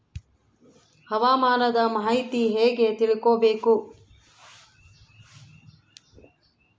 ಹವಾಮಾನದ ಮಾಹಿತಿ ಹೇಗೆ ತಿಳಕೊಬೇಕು?